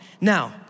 Now